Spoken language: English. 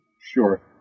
Sure